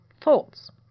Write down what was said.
thoughts